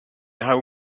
how